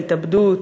התאבדות,